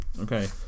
Okay